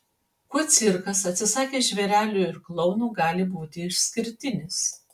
kuo cirkas atsisakęs žvėrelių ir klounų gali būti išskirtinis